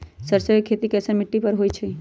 सरसों के खेती कैसन मिट्टी पर होई छाई?